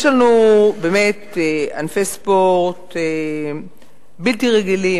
יש לנו ענפי ספורט בלתי רגילים.